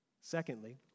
Secondly